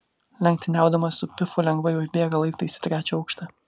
lenktyniaudamas su pifu lengvai užbėga laiptais į trečią aukštą